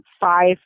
Five